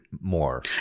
more